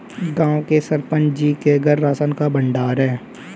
गांव के सरपंच जी के घर राशन का भंडार है